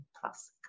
plus